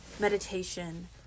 meditation